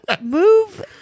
move